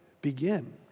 begin